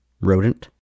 Rodent